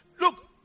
Look